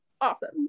awesome